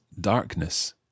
darkness